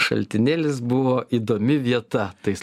šaltinėlis buvo įdomi vieta tais